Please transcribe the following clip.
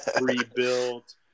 rebuilt